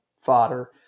fodder